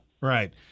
Right